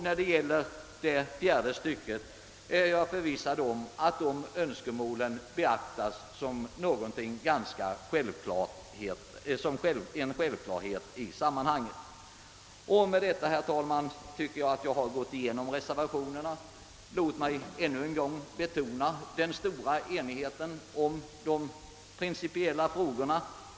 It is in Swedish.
När det gäller det fjärde stycket är jag förvissad om att de önskemål som där framförs kommer att beaktas; de är ju självklara i sammanhanget. Med detta, herr talman, tycker jag att jag har gått igenom reservationerna. Låt mig ännu en gång betona den stora enigheten i de principiella frågorna.